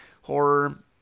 horror